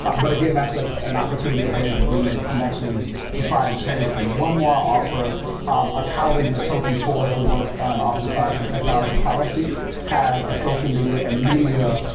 but again, that's ah an opportunity of ways that we make connections to try and change things. one more i'll offer a colleague, knatokie ford, who works on office of science and technology policy has a social media and media